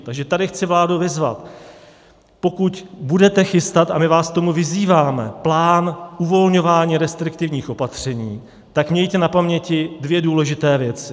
Takže tady chci vládu vyzvat, pokud budete chystat, a my vás k tomu vyzýváme, plán uvolňování restriktivních opatření, tak mějte na paměti dvě důležité věci.